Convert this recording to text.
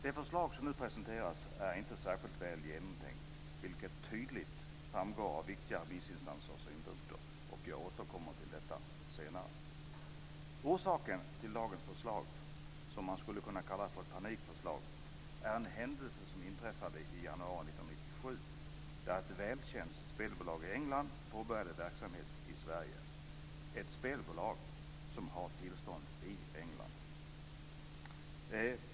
Det förslag som nu presenteras är inte särskilt väl genomtänkt, vilket tydligt framgår av viktiga remissinstansers synpunkter, och jag återkommer till detta senare. Orsaken till dagens förslag, som man skulle kunna kalla för ett panikförslag, är en händelse som inträffade i januari 1997, då ett välkänt spelbolag i England påbörjade verksamhet i Sverige, ett spelbolag som har tillstånd i England.